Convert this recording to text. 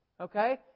Okay